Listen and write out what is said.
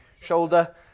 shoulder